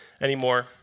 anymore